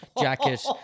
jacket